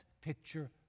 picture